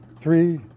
Three